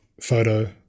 photo